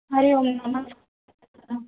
हरि ओं नमस्ते